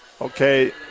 okay